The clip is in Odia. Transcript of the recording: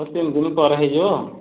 ତିନି ଦିନ ପରେ ହେଇଯିବ